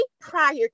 prior